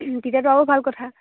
তেতিয়াতো আৰু ভাল কথা